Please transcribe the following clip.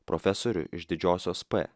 profesorių iš didžiosios p